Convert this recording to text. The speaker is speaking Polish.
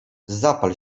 zapal